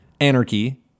Anarchy